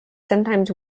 sometimes